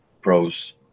pros